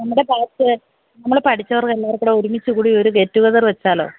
നമ്മടെ ബാച്ച് നമ്മള് പഠിച്ചവർക്ക് എല്ലാവര്ക്കുംകൂടെ ഒരുമിച്ചുകൂടി ഒരു ഗെറ്റുഗെതര് വച്ചാലോ